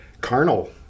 carnal